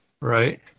right